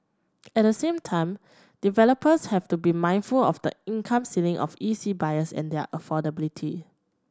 at the same time developers have to be mindful of the income ceiling of E C buyers and their affordability